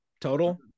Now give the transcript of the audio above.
total